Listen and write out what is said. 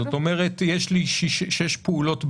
כלומר יש לי שש פעולות ביום,